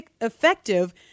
effective